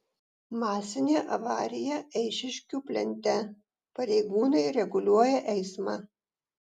masinė avarija eišiškių plente pareigūnai reguliuoja eismą